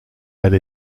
elle